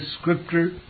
Scripture